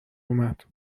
اومد